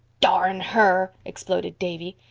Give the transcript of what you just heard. darn her, exploded davy.